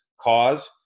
Cause